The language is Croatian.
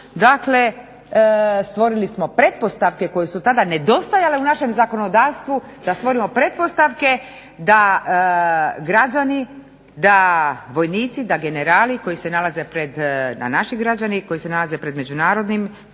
dakle stvorili smo pretpostavke koje su tada nedostajale u našem zakonodavstvu da stvorimo pretpostavke da građani, da vojnici, da generali, da naši građani koji se nalaze pred međunarodnim